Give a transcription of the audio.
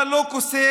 אתה לא קוסם,